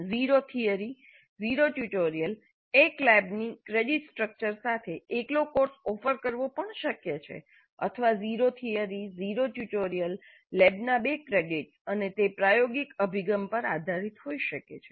0 theory 0 tutorial 1 લેબની credit structure સાથે એકલો કોર્સ ઓફર કરવો પણ શક્ય છે અથવા 0 થિયરી 0 ટ્યુટોરિયલ લેબના 2 ક્રેડિટ્સ અને તે પ્રાયોગિક અભિગમ પર આધારિત હોઈ શકે છે